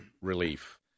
relief